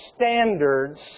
standards